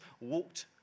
walked